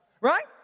Right